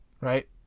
right